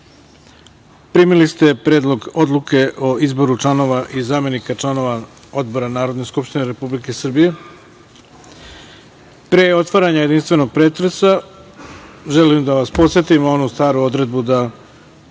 ste Predlog odluke o izboru članova i zamenika članova odbora Narodne skupštine Republike Srbije. Pre otvaranja jedinstvenog pretresa, želim da vas podsetim na onu staru odredbu o